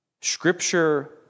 Scripture